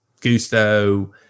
gusto